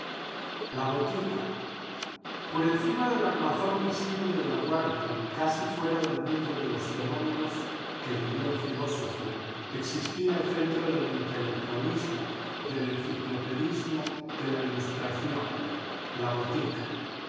la botica por encima del armazón visible de laguardia casi fuera del mundo de los fenómenos que diría un filósofo existía el centro del intelectualismo del enciclopedismo de la ilustración la botica